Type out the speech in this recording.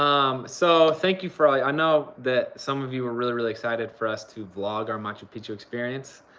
um so thank you for. i know that some of you were really, really excited for us to vlog our machu picchu experience.